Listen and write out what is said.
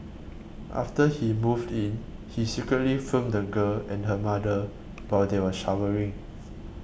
after he moved in he secretly filmed the girl and her mother while they were showering